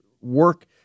work